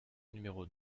numéro